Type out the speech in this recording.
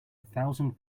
thousand